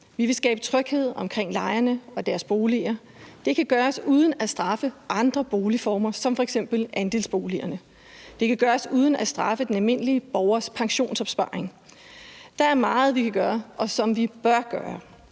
Vi vil skabe tryghed omkring lejerne og deres boliger. Det kan gøres uden at straffe andre boligformer som f.eks. andelsboligerne. Det kan gøres uden at straffe den almindelige borgers pensionsopsparing. Der er meget, vi kan gøre, og som vi bør gøre.